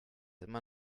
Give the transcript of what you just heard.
immer